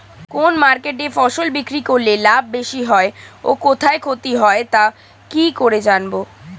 কোন মার্কেটে ফসল বিক্রি করলে লাভ বেশি হয় ও কোথায় ক্ষতি হয় তা কি করে জানবো?